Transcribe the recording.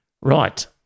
Right